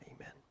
Amen